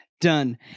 done